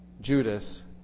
Judas